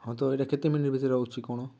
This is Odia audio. ହଁ ତ ଏଇଟା କେତେ ମିନିଟ୍ ଭିତରେ ହେଉଛି କ'ଣ